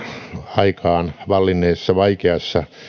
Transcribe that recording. aikaan vallinneessa vaikeassa